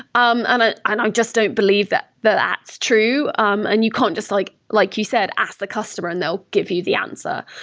um and i and um just don't believe that that's true, um and you can't just, like like you said, ask the customer and they'll give you the answer.